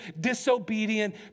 disobedient